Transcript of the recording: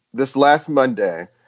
this last monday,